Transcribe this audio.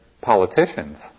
politicians